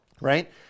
right